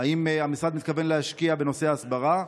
האם המשרד מתכוון להשקיע בנושאי ההסברה?